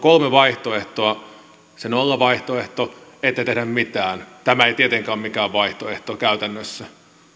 kolme vaihtoehtoa se nollavaihtoehto ettei tehdä mitään tämä ei tietenkään ole mikään vaihtoehto käytännössä